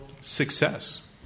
success